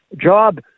job